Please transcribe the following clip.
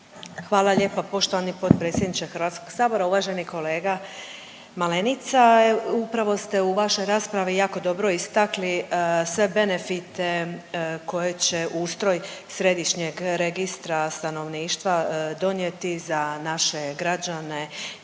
Hvala lijepa poštovani potpredsjedniče HS-a. Uvaženi kolega Malenica. Upravo ste u vašoj raspravi jako dobro istakli sve benefite koje će ustroj Središnjeg registra stanovništva donijeti za naše građane